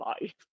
life